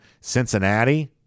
Cincinnati